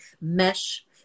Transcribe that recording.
mesh